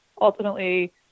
ultimately